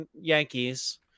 yankees